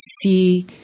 see